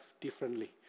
differently